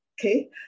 Okay